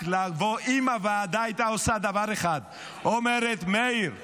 אם הוועדה הייתה עושה דבר אחד, אומרת: מאיר,